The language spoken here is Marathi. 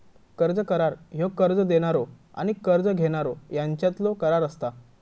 कर्ज करार ह्यो कर्ज देणारो आणि कर्ज घेणारो ह्यांच्यातलो करार असता